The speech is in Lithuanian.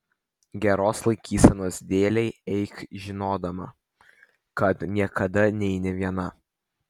geros laikysenos dėlei eik žinodama kad niekada neini viena